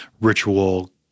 ritual